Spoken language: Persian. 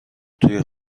توی